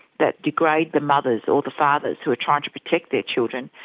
that degrade the mothers or the fathers who are trying to protect their children,